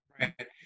Right